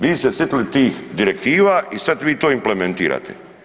Vi se sjetili tih direktiva i sada vi to implementirate.